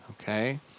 okay